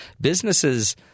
businesses